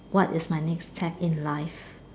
what is my next step in life